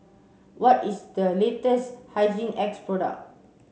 what is the latest Hygin X product